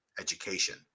Education